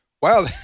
Wow